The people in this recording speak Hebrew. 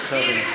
בבקשה, אדוני.